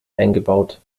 eingebaut